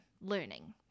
learning